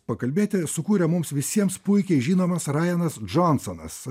pakalbėti sukūrė mums visiems puikiai žinomas rainas džonsonas